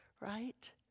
right